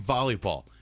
Volleyball